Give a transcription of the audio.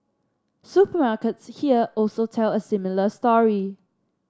supermarkets here also tell a similar story